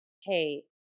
hey